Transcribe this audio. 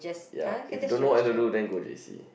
ya if you don't know what you want to do then I go J_C